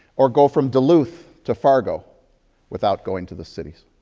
or go from duluth to fargo without going to the cities.